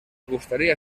gustaría